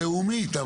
לאומית.